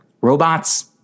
robots